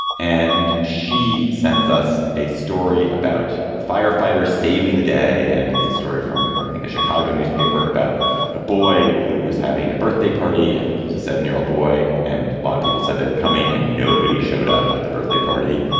and she sends us a story about firefighters saving the day. and that's the story from, i think, a chicago newspaper about a boy who was having a birthday party. i think he's a seven year old boy. and a lot of people said they were coming and nobody showed up at the birthday party.